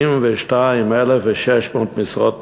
62,600 משרות פנויות,